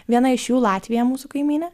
viena iš jų latvija mūsų kaimynė